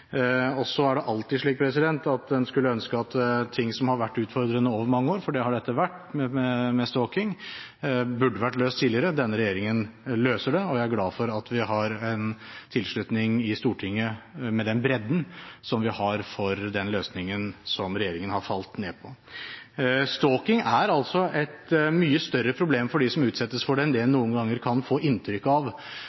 Så er det alltid slik at en skulle ønske at ting som har vært utfordrende over mange år – for det har dette med stalking vært – burde vært løst tidligere. Denne regjeringen løser det, og jeg er glad for at vi har tilslutning i Stortinget – og den bredden den har – til den løsningen som regjeringen har falt ned på. Stalking er et mye større problem for dem som utsettes for det, enn det en noen ganger kan få inntrykk av. Det handler rett og slett om at en